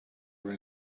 were